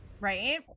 right